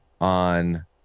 on